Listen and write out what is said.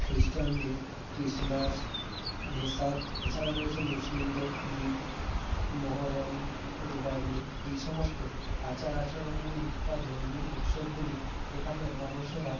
খ্রিস্টানদের ক্রিসমাস ভেসাক এছাড়া রয়েছে মুসলিমদের ঈদ মহরম কুরবানি এই সমস্ত আচার আচরণগুলি বা ধর্মীয় উৎসবগুলি এখানের মানুষেরা